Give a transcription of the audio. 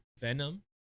Venom